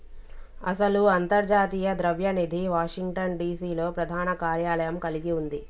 అసలు అంతర్జాతీయ ద్రవ్య నిధి వాషింగ్టన్ డిసి లో ప్రధాన కార్యాలయం కలిగి ఉంది